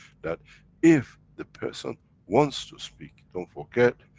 that if the person wants to speak, don't forget,